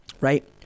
right